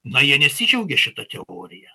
na jie nesidžiaugė šita teorija